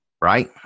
right